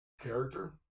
character